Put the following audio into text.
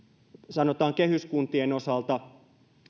sanotaan kehyskuntien osalta